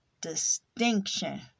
distinction